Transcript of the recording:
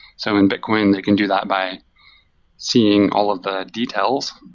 so in bitcoin, they can do that by seeing all of the details.